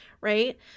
right